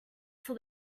for